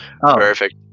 perfect